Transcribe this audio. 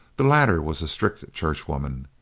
the latter was a strict church-woman,